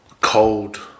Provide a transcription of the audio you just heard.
cold